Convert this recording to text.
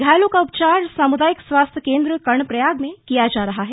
घायलों का उपचार सामुदायिक स्वास्थ्य केंद्र कर्णप्रयाग में किया जा रहा है